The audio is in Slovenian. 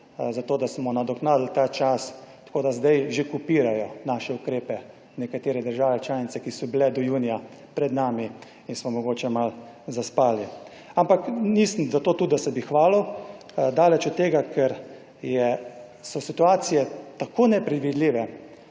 za to, da smo nadoknadili ta čas, tako da zdaj že kopirajo naše ukrepe nekatere države članice, ki so bile do junija pred nami in so mogoče malo zaspali. Ampak nisem za to tu, da se bi hvalil, daleč od tega, ker so situacije tako nepredvidljive